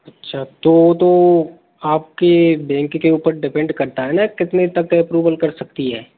अच्छा तो तो आपके बैंक के ऊपर डिपेंड करता हैं ना कितने तक के अप्रूवल कर सकती है